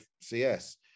CS